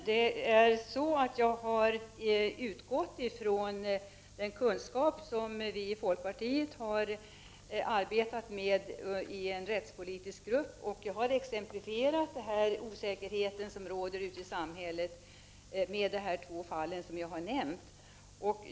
Herr talman! Jag har utgått ifrån den kunskap som vi i folkpartiet har samlat inom en rättspolitisk grupp. Jag har exemplifierat den osäkerhet som råder ute i samhället med de två fall som jag har nämnt.